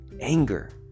anger